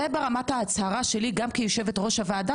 זה ברמת ההצהרה שלי גם כיושבת-ראש הוועדה